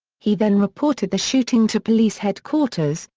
he then reported the shooting to police headquarters,